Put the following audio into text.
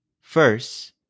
first